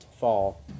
fall